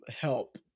help